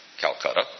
Calcutta